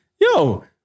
yo